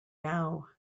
now